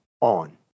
on